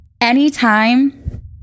anytime